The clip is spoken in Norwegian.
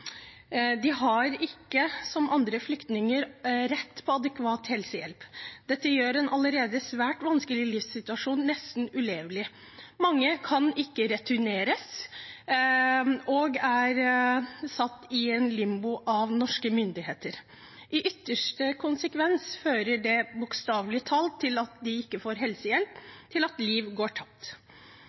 De har ikke som andre flyktninger rett på adekvat helsehjelp. Dette gjør en allerede svært vanskelig livssituasjon nesten ulevelig. Mange kan ikke returneres og er satt i limbo av norske myndigheter. I ytterste konsekvens fører det at de ikke får helsehjelp, bokstavelig talt til at liv går tapt.